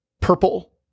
purple